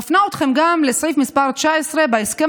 אני מפנה אתכם גם לסעיף מס' 19 בהסכם